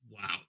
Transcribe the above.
Wow